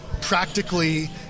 practically